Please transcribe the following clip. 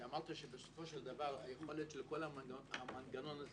הוא שאמרת שבסופו של דבר היכולת של כל המנגנון הזה